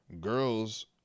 girls